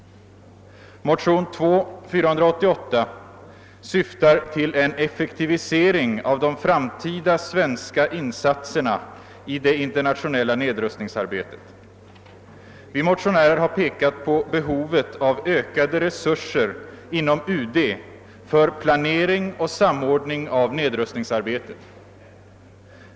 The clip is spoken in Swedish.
Motionen II: 488 syftar till en effektivisering av de framtida svenska insatserna i det internationella nedrustningsarbetet. Vi motionärer har pekat på behovet av ökade resurser inom UD för planering och samordning av nedrustningsarbetet.